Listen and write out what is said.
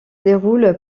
déroule